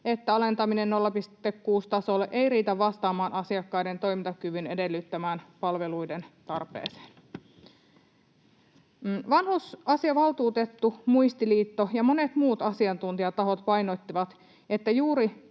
että alentaminen 0,6:n tasolle ei riitä vastaamaan asiakkaiden toimintakyvyn edellyttämään palveluiden tarpeeseen. Vanhusasiavaltuutettu, Muistiliitto ja monet muut asiantuntijatahot painottivat, että juuri